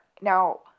Now